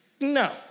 no